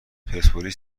پرسپولیس